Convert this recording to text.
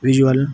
visual